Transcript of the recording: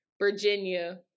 Virginia